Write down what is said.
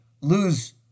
lose